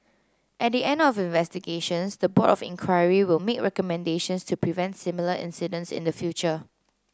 at the end of investigations the board of inquiry will make recommendations to prevent similar incidents in the future